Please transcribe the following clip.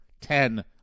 ten